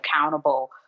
accountable